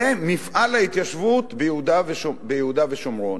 שזה מפעל ההתיישבות ביהודה ושומרון.